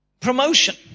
Promotion